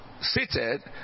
seated